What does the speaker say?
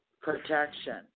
protection